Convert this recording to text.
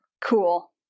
Cool